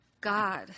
God